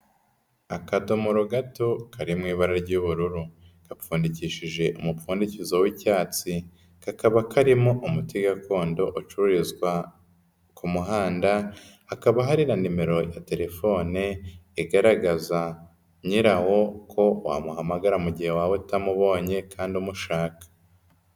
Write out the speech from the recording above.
Akadomoro gato kari mu ibara ry'ubururu, gapfundikishije umupfundikizo w'icyatsi, kakaba karimo umuti gakondo ucururizwa ku muhanda, hakaba hari na nimero ya telefone, igaragaza nyirawo ko wamuhamagara mu gihe waba utamubonye kandi umushaka.